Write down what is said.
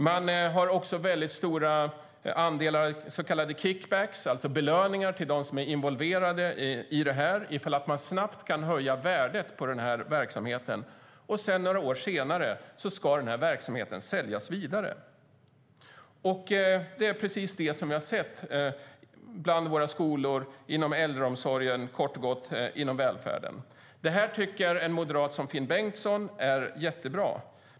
Man har också väldigt stor andel så kallade kickbacks, alltså belöningar till dem som är involverade ifall man snabbt kan höja värdet på verksamheten. Några år senare ska verksamheten säljas vidare. Det är precis det vi har sett bland våra skolor, inom äldreomsorgen, kort och gott inom välfärden. Det här tycker en moderat som Finn Bengtsson är jättebra.